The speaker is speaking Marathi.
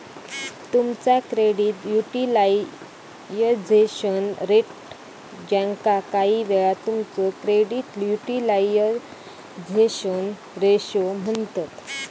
तुमचा क्रेडिट युटिलायझेशन रेट, ज्याका काहीवेळा तुमचो क्रेडिट युटिलायझेशन रेशो म्हणतत